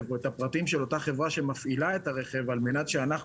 או את הפרטים של אותה חברה שמפעילה את הרכב על מנת שאנחנו,